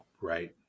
Right